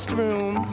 room